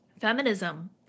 feminism